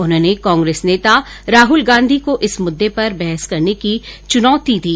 उन्होंने कांग्रेस नेता राहल गांधी को इस मुद्दे पर बहस करने की च्नौती दी